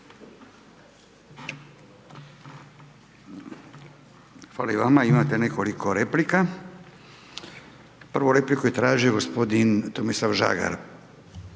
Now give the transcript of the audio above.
Hvala i vama imate nekoliko replika, prvu repliku je tražio gospodin Goran Maras,